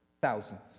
Thousands